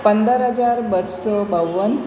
પંદર હજાર બસો બાવન